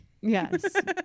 Yes